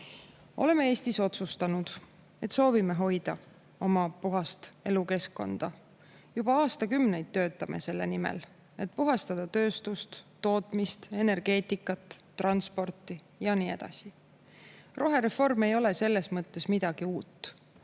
Oleme Eestis otsustanud, et soovime hoida oma puhast elukeskkonda. Juba aastakümneid oleme töötanud selle nimel, et puhastada tööstust, tootmist, energeetikat, transporti ja nii edasi. Rohereform ei ole selles mõttes midagi uut.